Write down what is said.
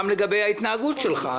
גם לגבי ההתנהגות שלך.